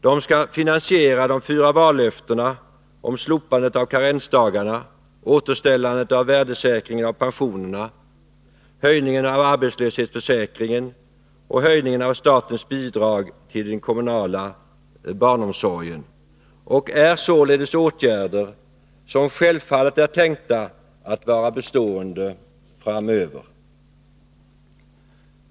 De skall finansiera de fyra vallöftena om slopandet av karensdagarna, återställandet av värdesäkringen av pensionerna, höjningen av värdet av arbetslöshetsförsäkringen och höjningen av statens bidrag till den kommunala barnomsorgen. Det är således självfallet fråga om åtgärder som är tänkta att vara bestående framöver.